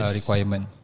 requirement